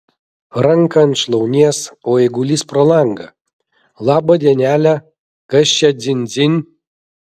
ranką ant šlaunies o eigulys pro langą labą dienelę kas čia dzin dzin